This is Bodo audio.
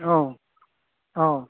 औ अ